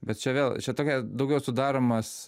bet čia vėl čia tokia daugiau sudaromas